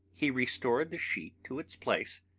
he restored the sheet to its place,